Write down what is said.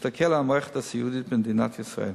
שיסתכל על המערכת הסיעודית במדינת ישראל.